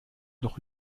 noch